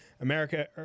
America